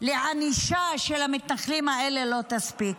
לענישת המתנחלים האלה כבר לא תספיק.